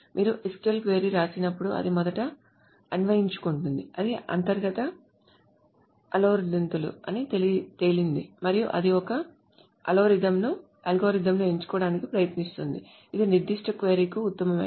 మీరు SQL query వ్రాసినప్పుడు అది మొదట అన్వయించుకుంటుంది అది అంతర్గత అల్గోరిథంలు అని తేలింది మరియు అది ఒక అల్గోరిథంను ఎంచుకోవడానికి ప్రయత్నిస్తుంది ఇది నిర్దిష్ట క్వరీ కు ఉత్తమమైనది